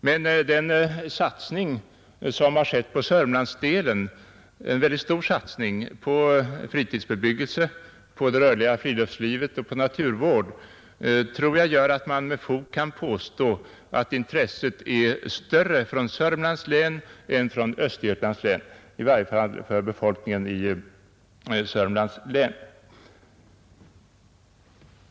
Men den stora satsning som har skett i Sörmlandsdelen, på fritidsbebyggelse, på det rörliga friluftslivet och på naturvård tror jag gör att man med fog kan påstå att intresset är större från Sörmlands län än från Östergötlands län; i varje fall i avseende på befolkningen i Sörmlands län.